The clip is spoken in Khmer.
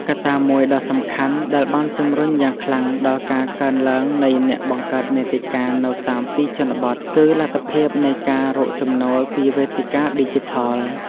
កត្តាមួយដ៏សំខាន់ដែលបានជំរុញយ៉ាងខ្លាំងដល់ការកើនឡើងនៃអ្នកបង្កើតមាតិកានៅតាមទីជនបទគឺ លទ្ធភាពនៃការរកចំណូលពីវេទិកាឌីជីថល។